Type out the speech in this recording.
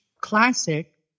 classic